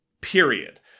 period